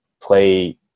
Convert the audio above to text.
play